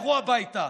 לכו הביתה.